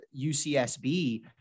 ucsb